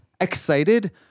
excited